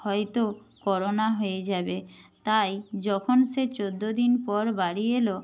হয়তো করোনা হয়ে যাবে তাই যখন সে চোদ্দ দিন পর বাড়ি এলো